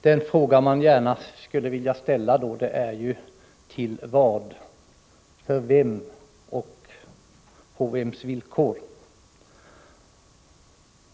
De frågor man då gärna skulle vilja ställa är: Till vad, för vem och på vems villkor?